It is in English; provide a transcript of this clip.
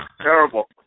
Terrible